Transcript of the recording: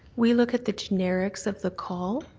we look at the generics of the call.